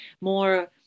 more